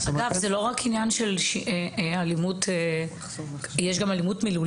אגב, יש גם אלימות מילולית.